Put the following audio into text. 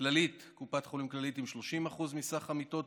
קופת חולים כללית עם 30% מסך המיטות,